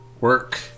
work